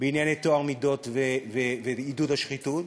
בענייני טוהר מידות ועידוד השחיתות,